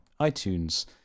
iTunes